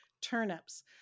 turnips